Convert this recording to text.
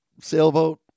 sailboat